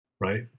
right